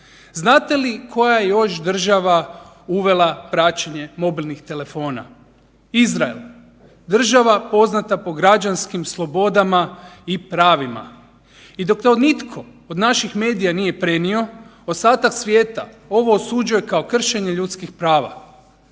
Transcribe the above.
Znate li koja je još država uvela praćenje mobilnih telefona? Izrael, država poznata po građanskim slobodama i pravima. I dok to nitko od naših medija nije prenio, ostatak svijeta ovo osuđuje kao kršenje ljudskih prava.